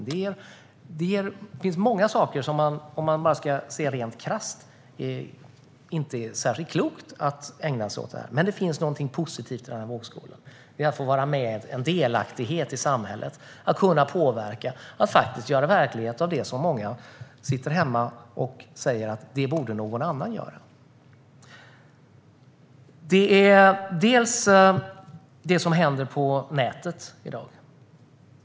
Det finns många saker som gör att det inte är särskilt klokt att ägna sig åt detta, om man ska se rent krasst på det. Men det finns någonting positivt i den andra vågskålen: att få vara med och känna en delaktighet i samhället, att kunna påverka och att faktiskt göra verklighet av det som många sitter hemma och säger att någon annan borde göra. Det handlar om det som händer på nätet i dag.